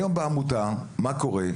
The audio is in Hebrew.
היום בעמותה, מה קורה?